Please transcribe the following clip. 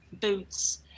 Boots